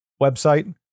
website